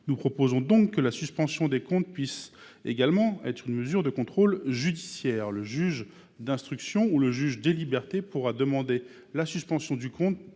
nous proposons que la suspension des comptes puisse également être une mesure de contrôle judiciaire. Le juge d’instruction ou le JLD pourra demander la suspension du compte